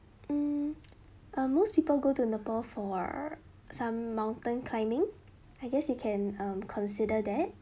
mm um most people go to nepal for some mountain climbing I guess you can um consider that